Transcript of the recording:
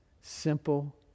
simple